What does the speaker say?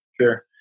Sure